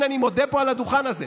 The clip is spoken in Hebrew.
הינה, אני מודה פה, מעל הדוכן הזה.